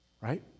Right